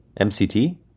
MCT